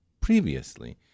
previously